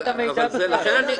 הוועדה לא מקבלת את המידע בכלל.